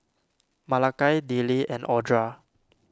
Malakai Dillie and Audra